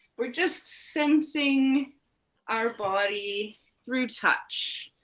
we're just sensing our body through touch